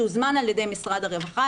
שהוזמן על ידי משרד הרווחה,